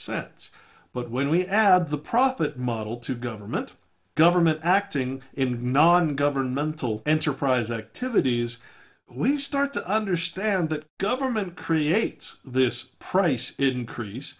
sense but when we add the profit model to government government acting in nongovernmental enterprise activities we start to understand that government creates this price increase